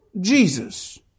Jesus